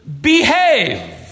behave